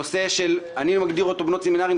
אני מגדיר אותו "בנות סמינרים",